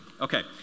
Okay